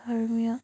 ধৰ্মীয়